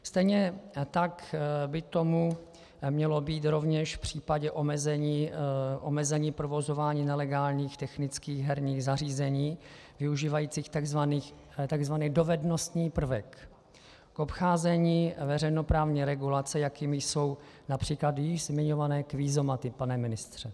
Stejně tak by tomu mělo být rovněž v případě omezení provozování nelegálních technických herních zařízení využívajících tzv. dovednostní prvek k obcházení veřejnoprávní regulace, jakými jsou například již zmiňované kvízomaty, pane ministře.